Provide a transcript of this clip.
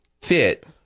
fit